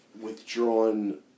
withdrawn